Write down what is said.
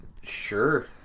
Sure